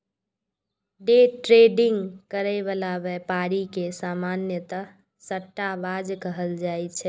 day trading करै बला व्यापारी के सामान्यतः सट्टाबाज कहल जाइ छै